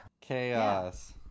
chaos